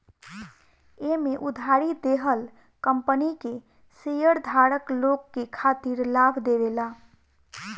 एमे उधारी देहल कंपनी के शेयरधारक लोग के खातिर लाभ देवेला